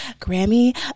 Grammy